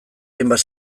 hainbat